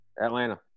Atlanta